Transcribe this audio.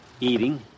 Eating